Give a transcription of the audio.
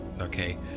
okay